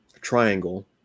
triangle